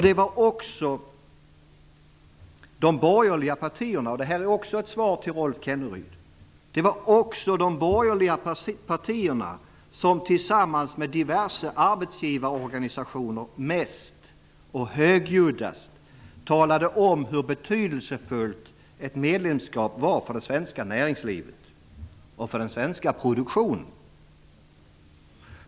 Det var också de borgerliga partierna - och detta är också ett svar till Rolf Kenneryd - som tillsammans med diverse arbetsgivarorganisationer mest och högljuddast talade om hur betydelsefullt ett medlemskap var för det svenska näringslivet och för den svenska produktionen.